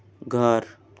घर